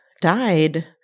died